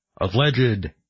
alleged